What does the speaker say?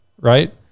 right